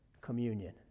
communion